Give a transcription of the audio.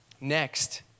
Next